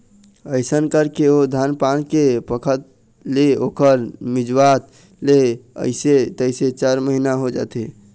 अइसन करके ओ धान पान के पकत ले ओखर मिंजवात ले अइसे तइसे चार महिना हो जाथे